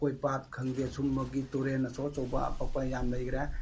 ꯂꯧꯀꯣꯏ ꯄꯥꯠ ꯈꯪꯗꯦ ꯁꯨꯝꯕꯒꯤ ꯇꯨꯔꯦꯟ ꯑꯆꯧ ꯑꯆꯧꯕ ꯑꯄꯥꯛꯄ ꯌꯥꯝ ꯂꯩꯒ꯭ꯔꯦ